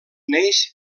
neix